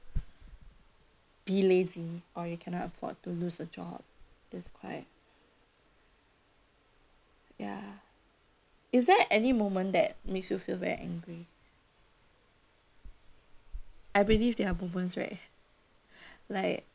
be lazy or you cannot afford to lose a job is quite ya is there any moment that makes you feel very angry I believe there are moments right like